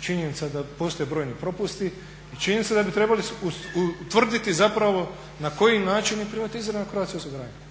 činjenica da postoje brojni propusti i čini se da bi trebali utvrditi na koji način je privatizirano Croatia osiguranje.